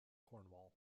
cornwall